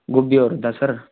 ಗುಬ್ಬಿ ಊರಿಂದಾ ಸರ್